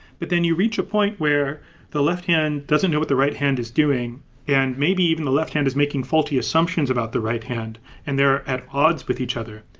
but then you reach a point where the left hand doesn't know what the right hand is doing and maybe even the left hand is making faulty assumptions about the right hand and they're at odds with each other.